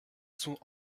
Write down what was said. sont